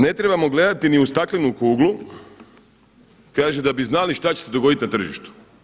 Ne trebamo gledati ni u staklenu kuglu, kaže da bi znali što će se dogoditi na tržištu.